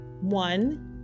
one